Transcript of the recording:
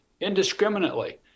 indiscriminately